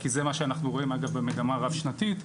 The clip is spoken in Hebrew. כי זה מה שאנחנו רואים אגב במגמה הרב שנתית,